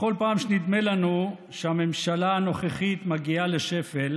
בכל פעם שנדמה לנו שהממשלה הנוכחית מגיעה לשפל